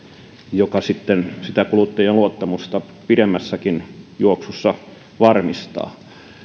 joka sitten sitä kuluttajien luottamusta pidemmässäkin juoksussa varmistaa